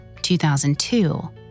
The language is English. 2002